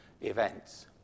events